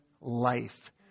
life